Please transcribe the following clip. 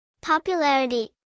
Popularity